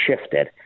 shifted